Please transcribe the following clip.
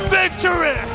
victory